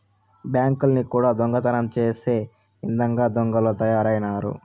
బ్యాంకుల్ని కూడా దొంగతనం చేసే ఇదంగా దొంగలు తయారైనారు